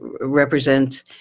represent